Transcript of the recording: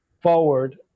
Forward